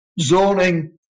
zoning